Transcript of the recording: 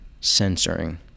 censoring